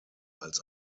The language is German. als